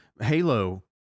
Halo